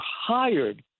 hired